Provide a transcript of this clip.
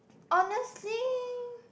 honestly